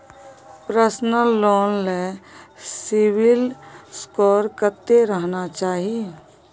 Personal loan ले CIBIL score कत्ते रहना चाही?